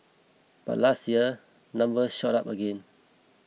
but last year numbers shot up again